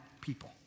people